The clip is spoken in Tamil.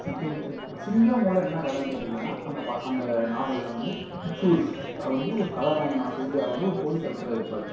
சிங்கம் த்ரீ இப்போ சிங்கம் ஒன்னில் என்ன கதைன்னு கேட்டிங்கன்னால் அந்த அந்த நாவலில் வந்து சூர்யா வந்து ஒரு கதாநாயகனான சூர்யா வந்து ஒரு போலீஸ் ஆஃபிஸராக இருப்பார்